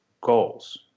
goals